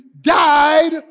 died